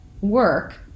work